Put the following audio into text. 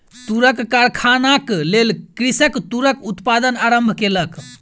तूरक कारखानाक लेल कृषक तूरक उत्पादन आरम्भ केलक